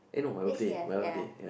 this year ya